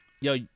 yo